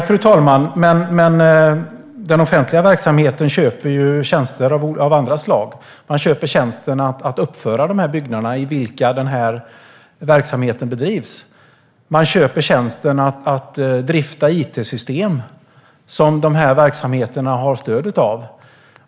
Fru talman! Den offentliga verksamheten köper ju tjänster av andra slag. Man köper exempelvis tjänsten att uppföra byggnaderna i vilken verksamheten bedrivs. Man köper även tjänsten att drifta it-system som dessa verksamheter har stöd av.